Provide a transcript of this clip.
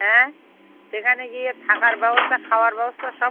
হ্যাঁ সেখানে গিয়ে থাকার ব্যবস্থা খাওয়ার ব্যবস্থা সব